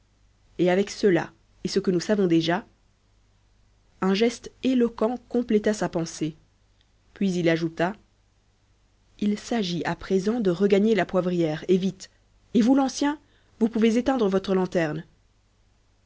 et avec cela et ce que nous savons déjà un geste éloquent compléta sa pensée puis il ajouta il s'agit à présent de regagner la poivrière et vite et vous l'ancien vous pouvez éteindre votre lanterne